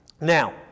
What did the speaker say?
Now